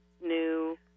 new